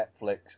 Netflix